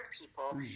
people